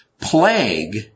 plague